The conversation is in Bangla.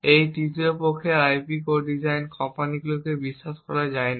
এই তৃতীয় পক্ষের আইপি কোর ডিজাইন কোম্পানিগুলিকে বিশ্বাস করা যায় না